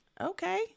Okay